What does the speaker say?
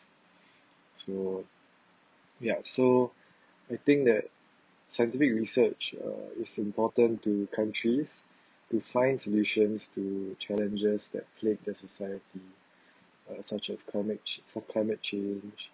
so ya so I think that scientific research uh is important to countries to find solutions to challenges that plagued their society uh such as clima~ climate change